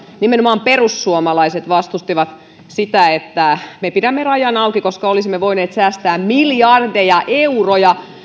nimenomaan perussuomalaiset vastustivat kaksituhattaviisitoista sitä että me pidämme rajan auki koska olisimme voineet säästää miljardeja euroja